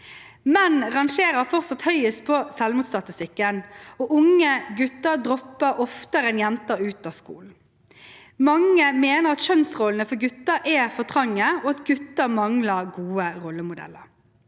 Menn rangerer fortsatt høyest på selvmordsstatistikken, og unge gutter dropper oftere ut av skolen enn jenter. Mange mener at kjønnsrollene for gutter er for trange, og at gutter mangler gode rollemodeller.